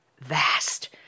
vast